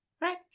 Right